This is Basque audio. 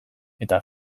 eta